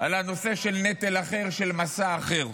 על הנושא של נטל אחר, של משא אחר.